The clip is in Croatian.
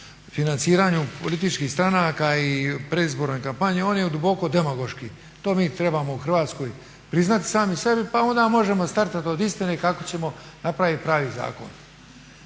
financiranju političkih stranaka i predizbornoj kampanji on je duboko demagoški. To mi trebamo u Hrvatskoj priznati sami sebi, pa onda možemo startati od istine kako ćemo napraviti pravi zakon.